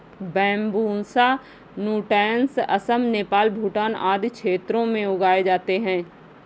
Bambusa नूटैंस असम, नेपाल, भूटान आदि क्षेत्रों में उगाए जाते है